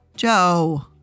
Joe